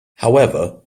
however